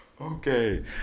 Okay